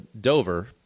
Dover